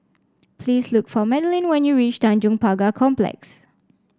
please look for Madaline when you reach Tanjong Pagar Complex